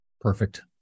Perfect